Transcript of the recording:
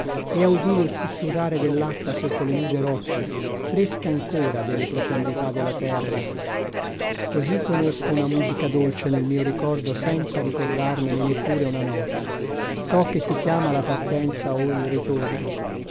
e a udire il sussurrare dell'acqua sotto le nude rocce fresca ancora delle profondità della terra così conosco una musica dolce nel mio ricordo senza ricordarmene neppure una nota so che si chiama la partenza o il ritorno